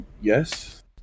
Yes